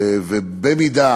ובמידה